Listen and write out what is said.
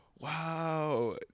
Wow